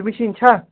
سُہ مِشیٖن چھا